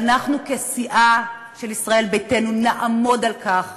ואנחנו כסיעה של ישראל ביתנו נעמוד על כך,